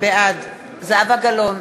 בעד זהבה גלאון,